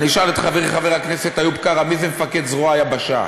אני אשאל את חברי חבר הכנסת איוב קרא מי זה מפקד זרוע היבשה,